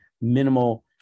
minimal